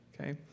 okay